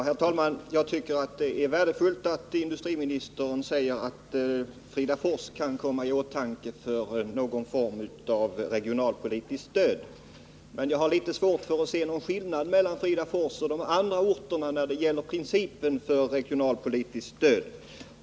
Herr talman! Det är värdefullt att industriministern säger att Fridafors kan kommai åtanke och få någon form av regionalpolitiskt stöd. Men jag har litet svårt att se någon skillnad mellan Fridafors och övriga orter när det gäller principen för regionalpolitiskt stöd.